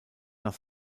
nach